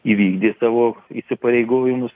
įvykdė savo įsipareigojimus